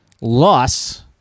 loss